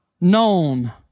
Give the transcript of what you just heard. known